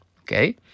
Okay